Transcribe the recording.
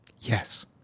Yes